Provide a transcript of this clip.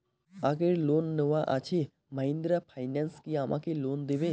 আগের লোন নেওয়া আছে মাহিন্দ্রা ফাইন্যান্স কি আমাকে লোন দেবে?